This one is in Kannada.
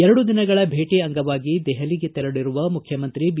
ಎರಡು ದಿನಗಳ ಭೇಟಿ ಅಂಗವಾಗಿ ದೆಹಲಿಗೆ ತೆರಳಿರುವ ಮುಖ್ಯಮಂತ್ರಿ ಬಿ